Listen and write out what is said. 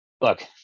look